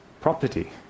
property